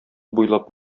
буйлап